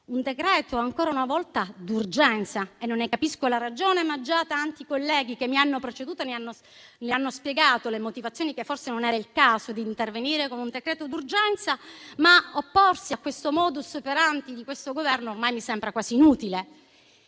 un decreto ancora una volta d'urgenza, e non ne capisco la ragione. Già tanti colleghi che mi hanno preceduto hanno spiegato che forse non era il caso di intervenire con un decreto d'urgenza, ma opporsi al *modus operandi* di questo Governo ormai mi sembra quasi inutile.